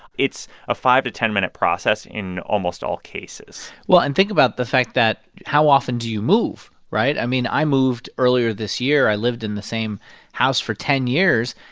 it's a five to ten minute process in almost all cases well and think about the fact that how often do you move, right? i mean, i moved earlier this year. i lived in the same house for ten years.